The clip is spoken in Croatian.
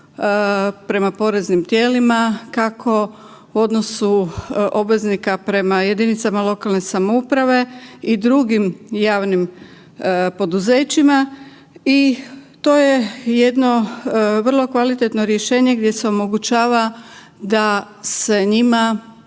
prema poreznim tijelima, kako u odnosu obveznika prema jedinicama lokalne samouprave i drugim javnim poduzećima i to je jedno vrlo kvalitetno rješenje gdje se omogućava da se njima